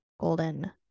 golden